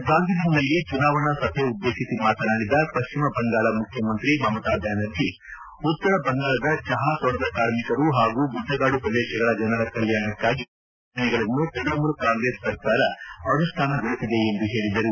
ಡಾರ್ಜಿಲಿಂಗ್ನಲ್ಲಿ ಚುನಾವಣಾ ಸಭೆ ಉದ್ದೇಶಿಸಿ ಮಾತನಾಡಿದ ಪಶ್ನಿಮ ಬಂಗಾಳ ಮುಖ್ಯಮಂತ್ರಿ ಮಮತಾ ಬ್ನಾನರ್ಜಿ ಉತ್ತರ ಬಂಗಾಳದ ಚಹಾ ತೋಟದ ಕಾರ್ಮಿಕರು ಹಾಗೂ ಗುಡ್ಡಗಾಡು ಪ್ರದೇಶಗಳ ಜನರ ಕಲ್ಗಾಣಕ್ಕಾಗಿ ಹಲವಾರು ಯೋಜನೆಗಳನ್ನು ತ್ವಣಮೂಲ ಕಾಂಗ್ರೆಸ್ ಸರ್ಕಾರ ಅನುಷ್ಲಾನಗೊಳಿಸಿದೆ ಎಂದು ಅವರು ಹೇಳಿದರು